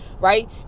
right